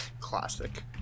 Classic